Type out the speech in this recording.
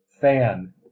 fan